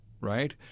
right